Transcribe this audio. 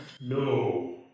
No